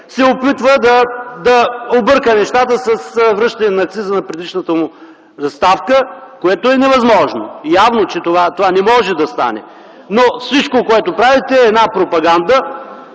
се опитва да обърка нещата с връщане на акциза на предишната му ставка, което е невъзможно. Явно това не може да стане. Но всичко, което правите, е пропаганда,